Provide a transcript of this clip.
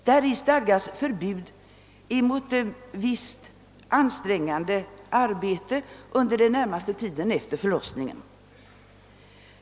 Däri stadgas förbud mot visst ansträngande arbete under den närmaste tiden efter förlossningen.